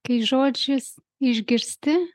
kai žodžius išgirsti